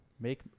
Make